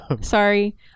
sorry